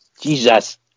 Jesus